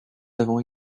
avons